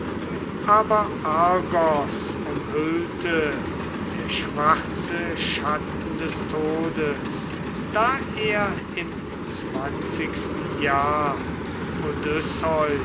aber argos umhüllte der schwarze schatten des todes da er im zwanzigsten jahr